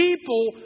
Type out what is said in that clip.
People